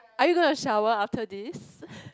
are you gonna shower after this